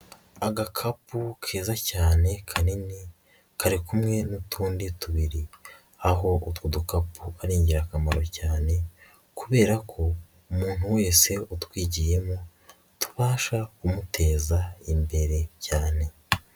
Agakapu keza cyane kanini kari kumwe n'utundi tubiri aho utwo dukapu ari ingirakamaro cyane kubera ko umuntu wese utwigiyemo tubasha kumuteza imbere cyane.